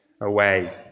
away